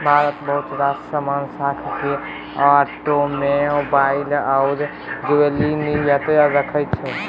भारत बहुत रास समान खास केँ आटोमोबाइल आ ज्वैलरी निर्यात करय छै